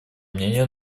мнению